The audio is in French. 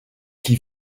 qui